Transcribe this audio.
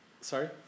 sorry